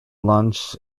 lunch